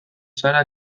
zara